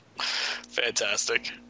Fantastic